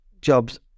jobs